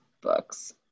books